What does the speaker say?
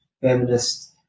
feminist